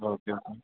ഓക്കേണ്